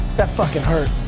that fucking hurt.